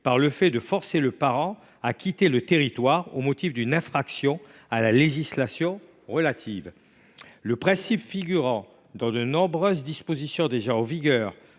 par le fait de forcer le parent à quitter le territoire au motif d’une infraction à la législation relative à l’immigration. » Le principe, qui figure dans de nombreuses dispositions déjà en vigueur,